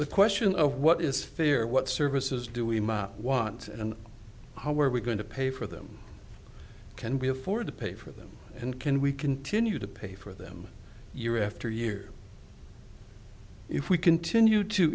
the question of what is fair what services do we want and how are we going to pay for them can we afford to pay for them and can we continue to pay for them year after year if we continue to